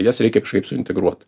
jas reikia kažkaip suintegruot